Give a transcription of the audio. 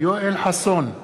יואל חסון,